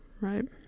right